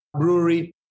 brewery